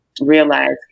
realize